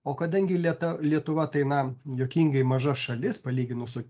o kadangi lieta lietuva tai na juokingai maža šalis palyginus su